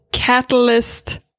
Catalyst